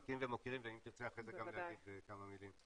מכירים ומוקירים ואם הוא ירצה גם אחרי זה להגיד כמה מילים.